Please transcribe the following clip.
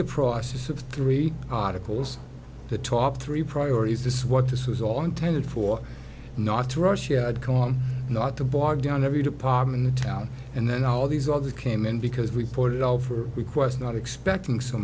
the process of three audibles the top three priorities this what this was all intended for not to russia had gone not to bog down every department in town and then all these other came in because we poured it all for request not expecting so